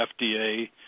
FDA